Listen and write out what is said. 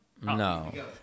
No